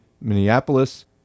Minneapolis